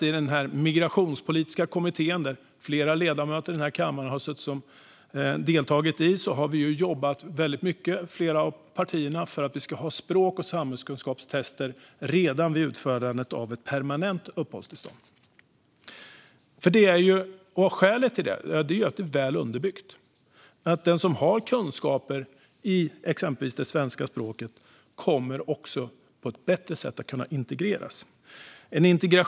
I den migrationspolitiska kommittén har flera partier jobbat hårt för att vi ska ha språk och samhällskunskapstester redan vid utfärdandet av permanent uppehållstillstånd. Det är nämligen väl underbyggt att den som har kunskaper i svenska språket kommer att kunna integreras bättre.